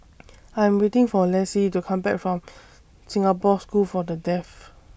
I Am waiting For Lessie to Come Back from Singapore School For The Deaf